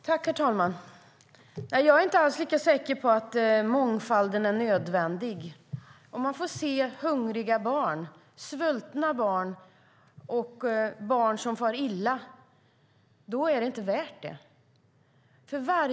Herr talman! Jag är inte lika säker på att mångfalden är nödvändig. När jag ser hungriga och svultna barn och barn som far illa är det inte värt det.